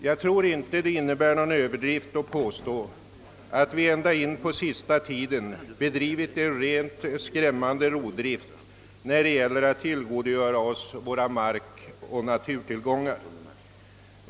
Jag tror inte det innebär någon överdrift att påstå att vi ända intill senaste tiden har bedrivit en rent skrämmande rovdrift när det gällt att utnyttja våra markoch naturtillgångar.